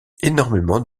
énormément